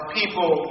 people